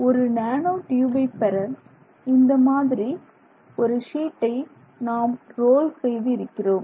ஒரு நேனோ டியூபை பெற இந்த மாதிரி ஒரு ஷீட்டை நாம் ரோல் செய்து இருக்கிறோம்